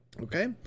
Okay